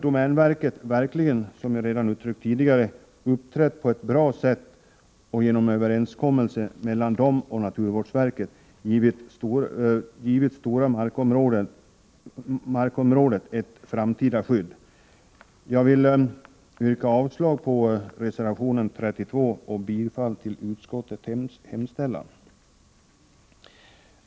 Domänverket har verkligen, som jag uttryckt tidigare, uppträtt på ett bra sätt och genom överenskommelser med naturvårdsverket gett stora markområden ett framtida skydd. Jag vill yrka avslag på reservation 32 och bifall till utskottets hemställan.